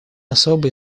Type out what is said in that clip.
особый